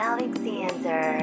Alexander